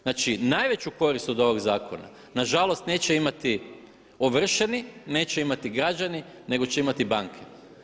Znači najveću korist od ovog zakona nažalost neće imati ovršeni, neće imati građani nego će imati banke.